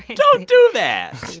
don't do that.